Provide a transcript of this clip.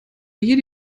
jede